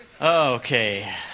Okay